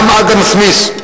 גם אדם סמית,